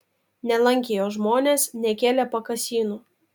nelankė jo žmonės nekėlė pakasynų